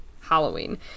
Halloween